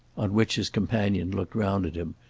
on which his companion looked round at him,